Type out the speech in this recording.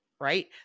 right